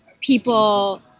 people